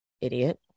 Idiot